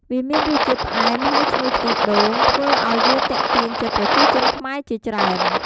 វាមានរសជាតិផ្អែម ហើយឈ្ងុយខ្ទិះដូង ធ្វើឱ្យវាទាក់ទាញចិត្តប្រជាជនខ្មែរជាច្រើន។